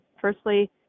Firstly